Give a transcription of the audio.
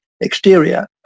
exterior